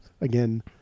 again